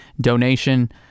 donation